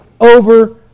over